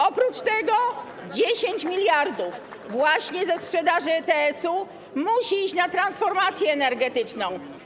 Oprócz tego 10 mld zł właśnie ze sprzedaży ETS musi iść na transformację energetyczną.